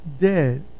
dead